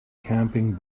camping